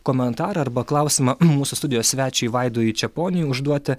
komentarą arba klausimą mūsų studijos svečiui vaidui čeponiui užduoti